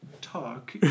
talk